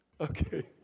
okay